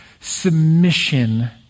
submission